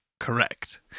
Correct